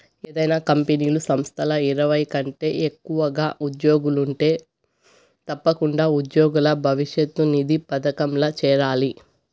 ఏదైనా కంపెనీలు, సంస్థల్ల ఇరవై కంటే ఎక్కువగా ఉజ్జోగులుంటే తప్పకుండా ఉజ్జోగుల భవిష్యతు నిధి పదకంల చేరాలి